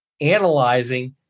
analyzing